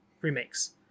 remakes